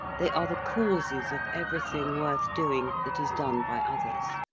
they are the causes of everything, worth doing, that is done by others.